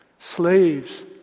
Slaves